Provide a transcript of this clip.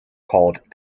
called